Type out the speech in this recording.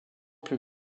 plus